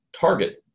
target